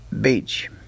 beach